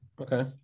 Okay